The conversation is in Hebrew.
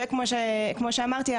כמו שאמרתי,